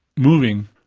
moving,